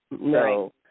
No